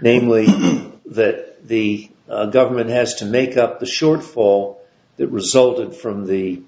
merely that the government has to make up the shortfall that resulted from the